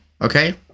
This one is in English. okay